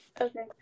Okay